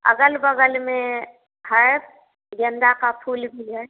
अगल बगल में है गेंदा का फूल भी है